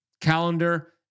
calendar